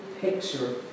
picture